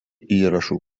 įrašų